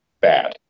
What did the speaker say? bad